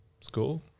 school